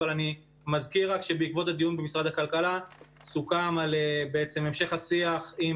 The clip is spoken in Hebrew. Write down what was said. אני רק מזכיר שבעקבות הדיון במשרד הכלכלה סוכם על המשך השיח עם